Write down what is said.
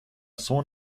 sohn